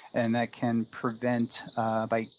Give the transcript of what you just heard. and that can prevent by